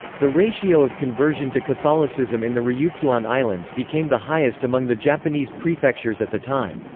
the ratio of conversion to catholicism in the ryukyuan islands became the highest among the japanese prefectures at the time.